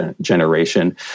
generation